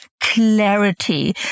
clarity